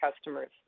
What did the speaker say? customers